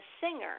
singer